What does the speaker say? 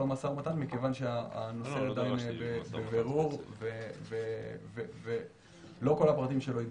משא-ומתן מכיוון שהנושא עדיין בבירור ולא כל הפרטים שלו התבררו.